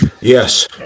Yes